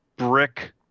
Brick